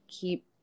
keep